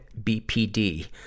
BPD